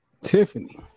Tiffany